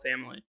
family